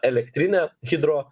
elektrinę hidro